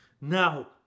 now